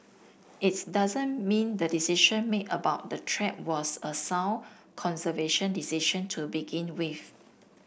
it's doesn't mean the decision made about the track was a sound conservation decision to begin with